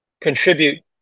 contribute